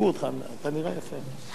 פה